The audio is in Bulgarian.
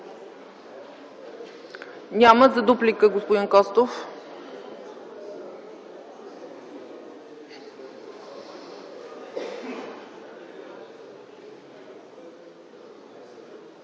Няма. За дуплика – господин Костов.